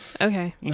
Okay